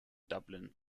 dublin